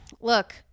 Look